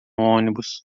ônibus